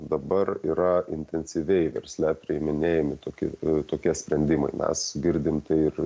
dabar yra intensyviai versle priiminėjami tokie tokie sprendimai mes girdim tai ir